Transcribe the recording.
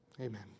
Amen